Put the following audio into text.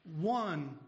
one